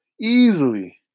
Easily